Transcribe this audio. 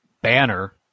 banner